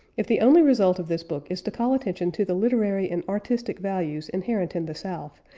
if the only result of this book is to call attention to the literary and artistic values inherent in the south,